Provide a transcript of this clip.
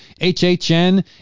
HHN